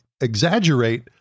exaggerate